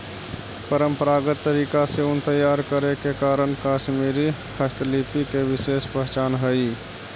परम्परागत तरीका से ऊन तैयार करे के कारण कश्मीरी हस्तशिल्प के विशेष पहचान हइ